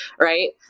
right